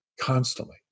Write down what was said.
constantly